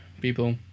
people